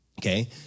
Okay